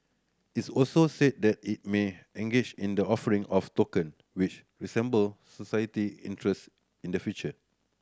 its also said that it may engage in the offering of token which resemble society interest in the future